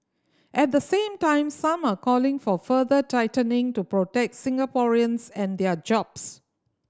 at the same time some are calling for further tightening to protect Singaporeans and their jobs